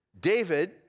David